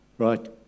Right